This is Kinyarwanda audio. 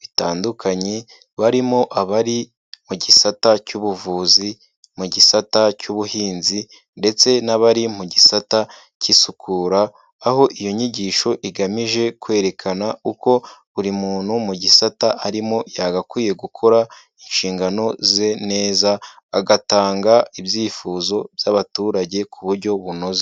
bitandukanye barimo abari mu gisata cy'ubuvuzi, mu gisata cy'ubuhinzi ndetse n'abari mu gisata k'isukura, aho iyo nyigisho igamije kwerekana uko buri muntu mu gisata arimo yagakwiye gukora inshingano ze neza, agatanga ibyifuzo by'abaturage ku buryo bunoze.